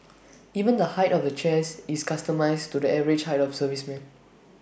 even the height of the chairs is customised to the average height of servicemen